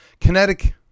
Kinetic